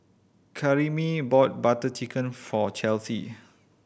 Karyme bought Butter Chicken for Chelsy